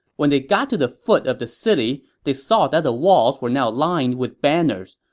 when they got to the foot of the city, they saw that the walls were now lined with banners,